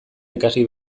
ikasi